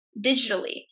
digitally